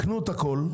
קנו הכול,